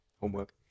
homework